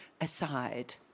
aside